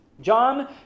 John